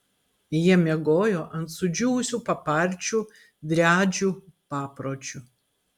jie miegojo ant sudžiūvusių paparčių driadžių papročiu